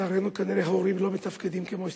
שלצערנו כנראה ההורים לא מתפקדים כמו שצריך.